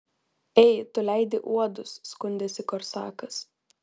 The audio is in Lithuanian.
ei tu leidi uodus skundėsi korsakas